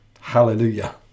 Hallelujah